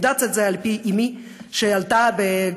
אני יודעת את זה על פי אימי, שגם היא עלתה ב-1991.